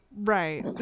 Right